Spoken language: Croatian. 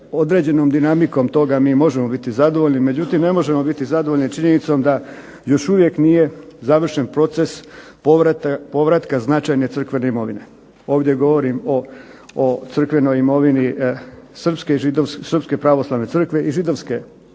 Određenom dinamikom toga mi možemo biti zadovoljni. Međutim, ne možemo biti zadovoljni činjenicom da još uvijek nije završen proces povratka značajne crkvene imovine. Ovdje govorim o crkvenoj imovini srpske pravoslavne crkve i židovske